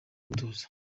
gutoza